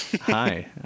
Hi